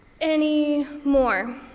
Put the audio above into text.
anymore